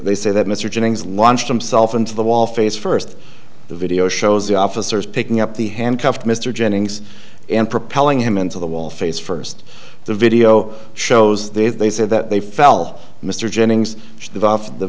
they say that mr jennings launched himself into the wall face first the video shows the officers picking up the handcuffed mr jennings and propelling him into the wall face first the video shows they they say that they fell mr jennings the